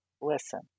listen